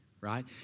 right